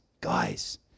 guys